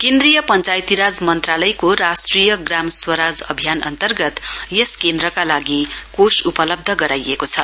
केन्द्रीय पञ्चायती राज मन्त्रालयको राष्ट्रिय ग्राम स्वराज अभियान अन्तर्गत यस केन्द्रका लागि कोष उपलब्ध गराइएको छ